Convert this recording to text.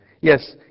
Yes